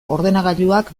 ordenagailuak